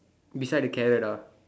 beside the carrot ah